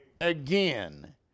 again